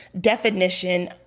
definition